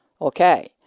Okay